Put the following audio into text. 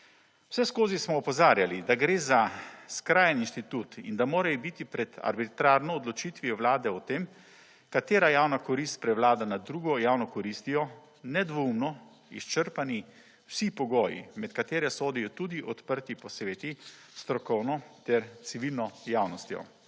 Vseskozi smo opozarjali, da gre za skrajni inštitut in da morajo biti pred arbitrarno odločitvijo Vlade o tem, katera javna korist prevlada nad drugo javno koristijo, **46. TRAK (VI) 13.45** (Nadaljevanje) nedvoumno izčrpani vsi pogoji med katere sodijo tudi odprti posveti strokovno ter civilno javnostjo.